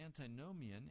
antinomian